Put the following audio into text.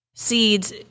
seeds